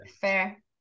fair